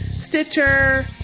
Stitcher